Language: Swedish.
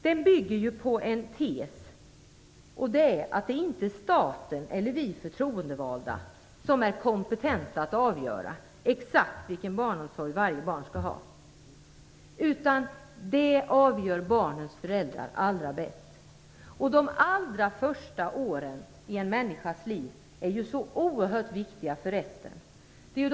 Den bygger på en tes, nämligen att det inte är staten eller vi förtroendevalda som är kompetenta att avgöra exakt vilken barnomsorg varje barn skall ha. Det avgör barnens föräldrar bäst. De allra första åren i en människas liv är så oerhört viktiga för resten av livet.